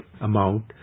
amount